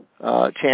chance